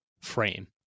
frame